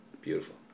beautiful